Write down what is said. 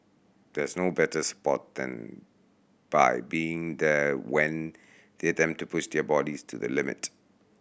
there's no better support than by being there when they attempt to push their bodies to the limit